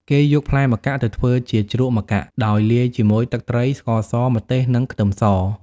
គេយកផ្លែម្កាក់ទៅធ្វើជា ជ្រក់ម្កាក់ ដោយលាយជាមួយទឹកត្រី ស្ករស ម្ទេស និងខ្ទឹមស។